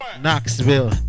Knoxville